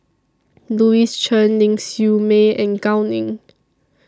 Louis Chen Ling Siew May and Gao Ning